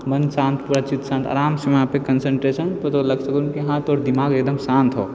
मन शान्त पूरा चित शान्त आरामसँ वहाँपर कन्सन्ट्रेसनपर तोरा लगतो की हँ तोहर दिमाग एकदम शान्त हो